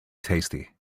tasty